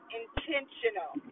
intentional